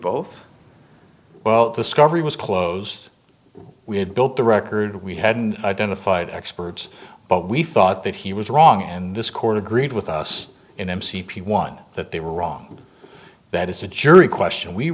both well the sky every was closed we had built the record we hadn't identified experts but we thought that he was wrong and this court agreed with us in m c p one that they were wrong that is a jury question we